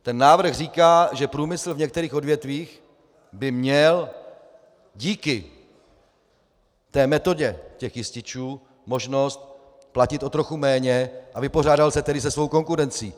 Ten návrh říká, že průmysl v některých odvětvích by měl díky metodě jističů možnost platit o trochu méně, a vypořádal se tedy se svou konkurencí.